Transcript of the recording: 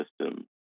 system